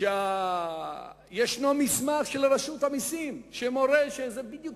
שיש מסמך של רשות המסים שמורה שזה בדיוק